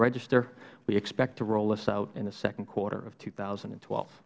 register we expect to roll this out in the second quarter of two thousand and twelve